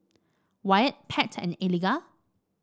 Wyatt Pat and Eliga